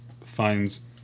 finds